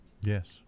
Yes